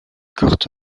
kurt